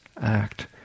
act